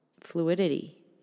fluidity